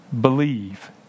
believe